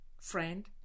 Friend